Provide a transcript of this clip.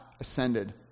ascended